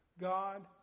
God